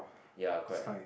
ya correct